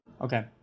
Okay